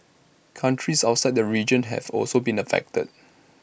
countries outside the region have also been affected